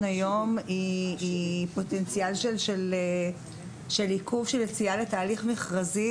היום היא פוטנציאל לעיכוב של יציאה לתהליך מכרזי,